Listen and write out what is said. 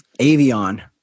Avion